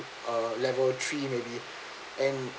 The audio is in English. uh level three maybe and